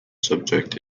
subject